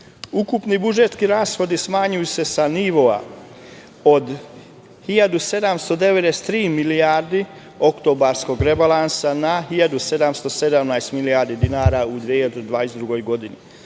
Ukupni budžetski rashodi smanjuju se sa nivoa od 1.793 milijarde oktobarskog rebalansa na 1.717 milijardi dinara u 2022. godini,